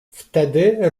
wtedy